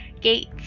gates